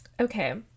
okay